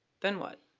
then what?